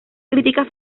críticas